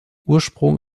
ursprung